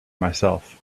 myself